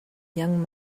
young